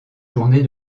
journée